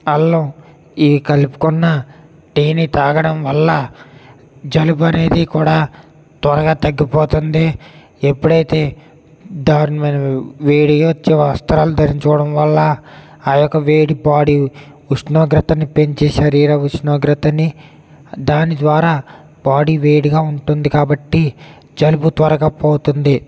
అల్లం ఇవి కలుపుకున్న తేనె తాగడం వల్ల జలుబు అనేది కూడా త్వరగా తగ్గిపోతుంది ఎప్పుడు అయితే దారుణమైన వేడి వచ్చే వస్త్రాలు ధరించుకోవడం వల్ల ఆ యొక్క వేడి బాడీ ఉష్ణోగ్రతను పెంచే శరీర ఉష్ణోగ్రతని దాని ద్వారా బాడీ వేడిగా ఉంటుంది కాబట్టి జలుబు త్వరగా పోతుంది